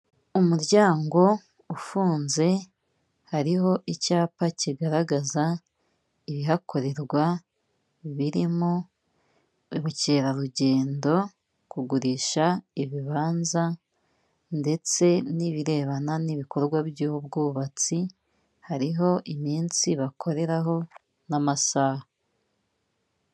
Umuryango ufunze hariho icyapa kigaragaza ibihakorerwa, birimo ubukerarugendo, kugurisha ibibanza ndetse n'ibirebana n'ibikorwa by'ubwubatsi, hariho iminsi bakoreraho n'amasaha.